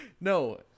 No